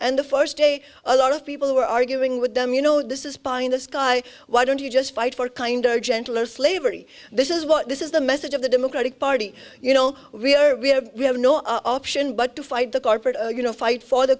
and the first day a lot of people who were arguing with them you know this is pie in the sky why don't you just fight for kinder gentler slavery this is what this is the message of the democratic party you know we are we have we have no option but to fight the corporate you know fight for the